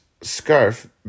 scarf